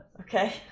okay